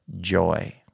joy